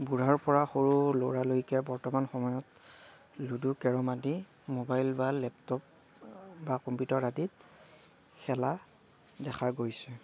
বুঢ়াৰ পৰা সৰু ল'ৰালৈকে বৰ্তমান সময়ত লুডু কেৰম আদি ম'বাইল বা লেপটপ বা কম্পিউটাৰ আদিত খেলা দেখা গৈছে